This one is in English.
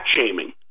shaming